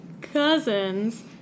cousins